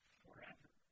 forever